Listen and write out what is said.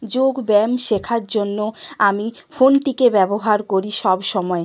যোগ ব্যায়াম শেখার জন্য আমি ফোনটিকে ব্যবহার করি সবসময়